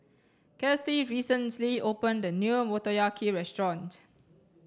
Kathy recently opened a new Motoyaki restaurant